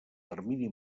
termini